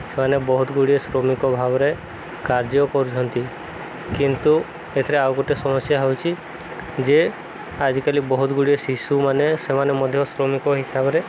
ସେମାନେ ବହୁତ ଗୁଡ଼ିଏ ଶ୍ରମିକ ଭାବରେ କାର୍ଯ୍ୟ କରୁଛନ୍ତି କିନ୍ତୁ ଏଥିରେ ଆଉ ଗୋଟେ ସମସ୍ୟା ହେଉଛି ଯେ ଆଜିକାଲି ବହୁତ ଗୁଡ଼ିଏ ଶିଶୁମାନେ ସେମାନେ ମଧ୍ୟ ଶ୍ରମିକ ହିସାବରେ